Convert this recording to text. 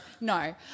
no